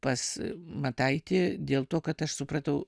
pas mataitį dėl to kad aš supratau